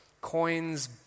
coins